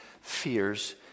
fears